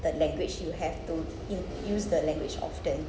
the language you have to in use the language often